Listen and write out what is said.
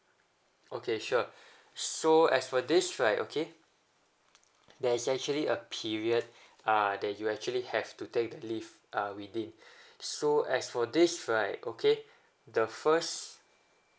okay sure so as for this right okay there is actually a period uh that you actually have to take the leave uh within so as for this right okay the first